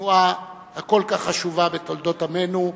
לתנועה הכל-כך חשובה בתולדות עמנו,